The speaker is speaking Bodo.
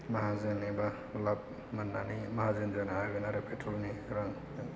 माहाजोन एबा लाब मोननानै माहाजोन जानो हागोन आरो पेट्र'लनि रांजों